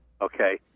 Okay